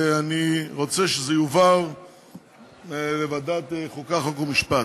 אני רוצה שזה יועבר לוועדת החוקה, חוק ומשפט.